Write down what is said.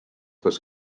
was